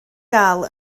gael